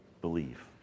believe